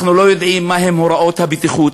אנחנו לא יודעים מהן הוראות הבטיחות,